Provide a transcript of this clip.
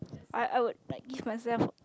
I I would like give myself